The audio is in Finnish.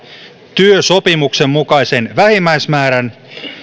työsopimuksen mukaisen vähimmäismäärän